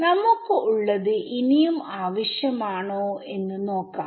നമുക്ക് ഉള്ളത് ഇനിയും ആവശ്യമാണോ എന്ന് നോക്കാം